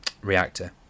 reactor